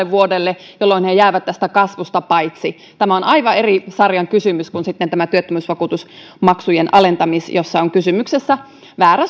vuodelle jolloin he jäävät tästä kasvusta paitsi tämä on aivan eri sarjan kysymys kuin sitten työttömyysvakuutusmaksujen alentaminen jossa on kysymyksessä väärä